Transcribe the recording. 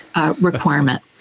requirement